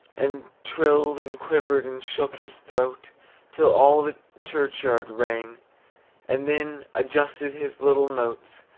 and trilled, and quivered, and shook his throat till all the churchyard rang and then adjusted his little notes,